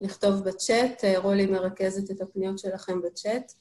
לכתוב בצ'ט, רולי מרכזת את הפניות שלכם בצ'ט.